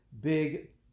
Big